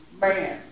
man